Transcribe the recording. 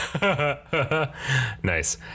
Nice